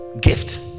gift